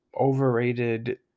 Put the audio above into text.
overrated